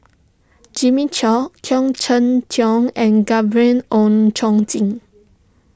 Jimmy Chok Khoo Cheng Tiong and Gabriel Oon Chong Jin